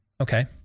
okay